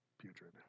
putrid